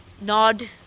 nod